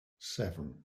seven